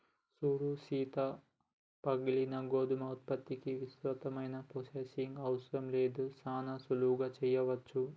సూడు సీత పగిలిన గోధుమల ఉత్పత్తికి విస్తృతమైన ప్రొసెసింగ్ అవసరం లేదు సానా సులువుగా సెయ్యవచ్చు